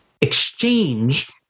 exchange